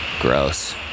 Gross